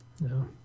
No